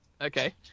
Okay